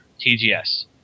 TGS